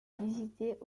visitées